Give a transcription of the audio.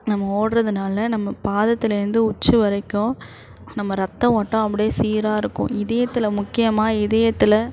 நம்ம ஓடுறதுனால நம்ம பாதத்திலேருந்து உச்சி வரைக்கும் நம்ம இரத்த ஓட்டம் அப்படியே சீராக இருக்கும் இதயத்தில் முக்கியமாக இதயத்தில்